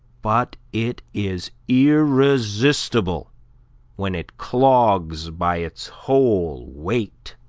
but it is irresistible when it clogs by its whole weight.